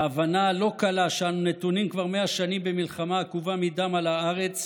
להבנה הלא-קלה שאנו נתונים כבר מאה שנים במלחמה עקובה מדם על הארץ,